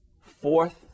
fourth